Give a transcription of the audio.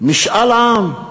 משאל עם.